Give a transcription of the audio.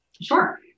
Sure